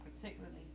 particularly